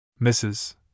Mrs